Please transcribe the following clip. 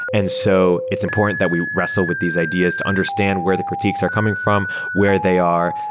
and so it's important that we wrestle with these ideas to understand where the critiques are coming from, where they are,